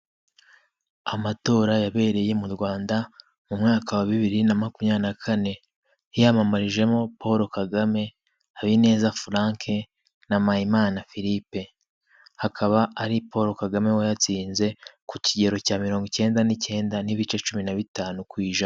Amatora yabereye mu Rwanda mu mwaka wa bibiri na makumyabiri na kane, hiyamamarijemo Paul Kagame, Habineza Frank na Mpayimana Philippe, hakaba ari Paul Kagame watsinze ku kigero cya mirongo icyenda n'icyenda n'ibice cumi na bitanu ku ijana.